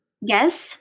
Yes